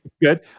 Good